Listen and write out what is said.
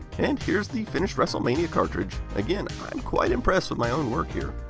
and here's the finished wrestlemania cartridge. again, i'm quite impressed with my own work here.